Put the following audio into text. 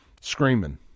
screaming